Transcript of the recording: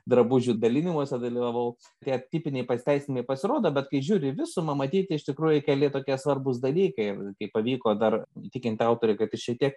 drabužių dalinimuose dalyvavau tie tipiniai pasiteisinimai pasirodo bet kai žiūri į visumą matyt iš tikrųjų keli tokie svarbūs dalykai kaip pavyko dar įtikint autorių kad jis šiek tiek